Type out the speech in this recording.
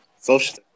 Social